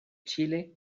chile